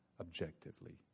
objectively